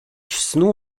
snu